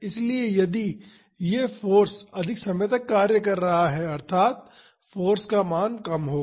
इसलिए यदि यह फाॅर्स अधिक समय तक कार्य कर रहा है अर्थात फाॅर्स का मान कम होगा